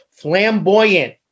flamboyant